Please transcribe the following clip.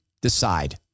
decide